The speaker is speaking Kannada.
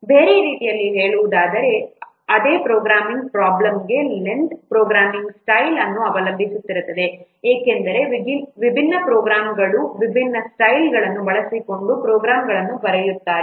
ಬೇರೆ ರೀತಿಯಲ್ಲಿ ಹೇಳುವುದಾದರೆ ಅದೇ ಪ್ರೋಗ್ರಾಮಿಂಗ್ ಪ್ರಾಬ್ಲಮ್ಗೆ ಲೆಂಥ್ ಪ್ರೋಗ್ರಾಮಿಂಗ್ ಸ್ಟೈಲ್ ಅನ್ನು ಅವಲಂಬಿಸಿರುತ್ತದೆ ಏಕೆಂದರೆ ವಿಭಿನ್ನ ಪ್ರೋಗ್ರಾಂಗಳು ವಿಭಿನ್ನ ಸ್ಟೈಲ್ಗಳನ್ನು ಬಳಸಿಕೊಂಡು ಪ್ರೋಗ್ರಾಂಗಳನ್ನು ಬರೆಯುತ್ತಾರೆ